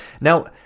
Now